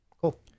Cool